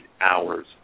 hours